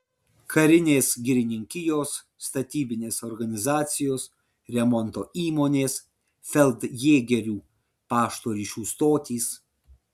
karinės girininkijos statybinės organizacijos remonto įmonės feldjėgerių pašto ryšių stotys